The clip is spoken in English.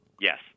Yes